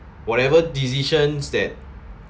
whatever decisions that